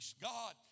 God